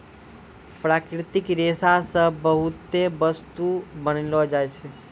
प्राकृतिक रेशा से बहुते बस्तु बनैलो जाय छै